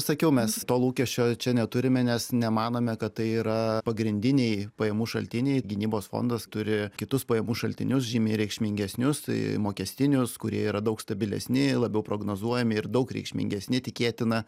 sakiau mes to lūkesčio čia neturime nes nemanome kad tai yra pagrindiniai pajamų šaltiniai gynybos fondas turi kitus pajamų šaltinius žymiai reikšmingesnius tai mokestinius kurie yra daug stabilesni labiau prognozuojami ir daug reikšmingesni tikėtina